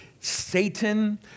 Satan